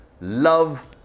love